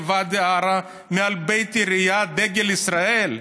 ואדי עארה מעל בית עירייה דגל ישראל?